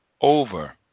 over